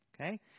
Okay